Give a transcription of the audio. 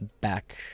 back